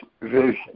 vision